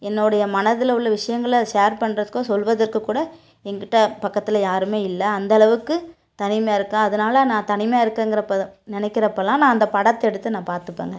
என்னோடைய மனதில் உள்ள விஷயங்கள ஷேர் பண்ணுறதுக்கோ சொல்வதுக்கோ கூட ஏங்கிட்ட பக்கத்தில் யாருமே இல்லை அந்தளவுக்கு தனிமையாக இருக்கேன் அதனால் நான் தனியாக இருக்கேங்கிறப்போ நினைக்கிறப்பலாம் நான் அந்த படத்தை எடுத்து நான் பார்த்துப்பேங்க